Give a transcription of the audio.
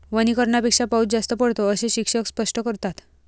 वनीकरणापेक्षा पाऊस जास्त पडतो, असे शिक्षक स्पष्ट करतात